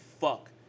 fuck